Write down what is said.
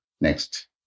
Next